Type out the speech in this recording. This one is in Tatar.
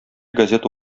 газета